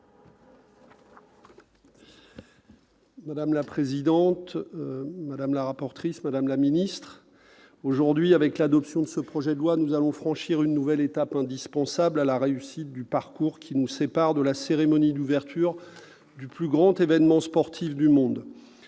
Madame la présidente, madame la ministre, madame la rapporteur, aujourd'hui, avec l'adoption de ce projet de loi, nous allons franchir une nouvelle étape indispensable à la réussite du parcours qui nous sépare de la cérémonie d'ouverture du plus grand événement sportif du monde.